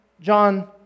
John